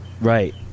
Right